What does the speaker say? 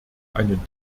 einen